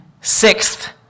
Sixth